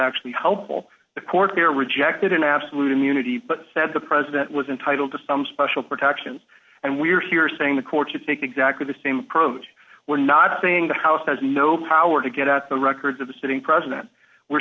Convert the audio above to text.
actually helpful the court there rejected an absolute immunity but said the president was entitled to some special protections and we're here saying the court to take exactly the same approach we're not saying the house has no power to get at the records of a sitting president we're